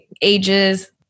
ages